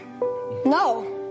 No